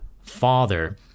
father